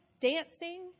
dancing